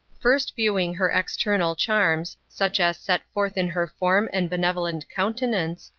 first viewing her external charms, such as set forth in her form and benevolent countenance,